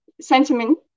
sentiment